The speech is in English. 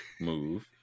move